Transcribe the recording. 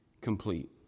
complete